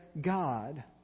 God